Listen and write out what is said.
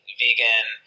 vegan